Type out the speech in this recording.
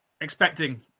expecting